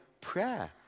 prayer